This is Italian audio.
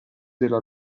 della